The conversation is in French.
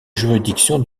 juridiction